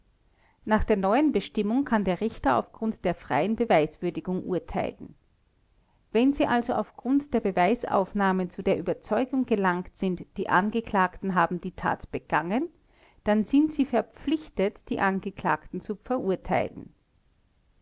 nach der neuen bestimmung kann der richter auf grund der freien beweiswürdigung urteilen wenn sie also auf grund der beweisaufnahme zu der überzeugung gelangt sind die angeklagten haben die tat begangen dann sind sie verpflichtet die angeklagten zu verurteilen